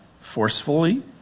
forcefully